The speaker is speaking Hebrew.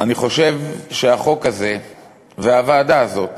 אני חושב שהחוק הזה והוועדה הזאת,